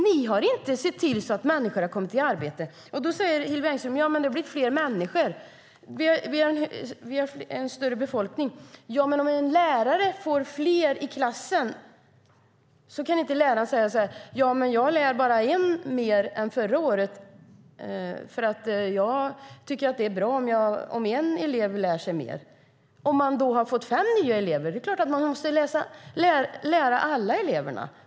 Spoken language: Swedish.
Ni har inte sett till att människor har kommit i arbete! Hillevi Engström säger att vi har en större befolkning nu. Ja, men om en lärare får fler elever i klassen kan inte läraren säga: Jag lär bara en elev mer än förra året, för jag tycker att det är bra om en elev lär sig mer. Om man har fått ett större antal elever måste man ju lära alla eleverna!